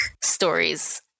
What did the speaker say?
stories